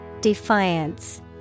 Defiance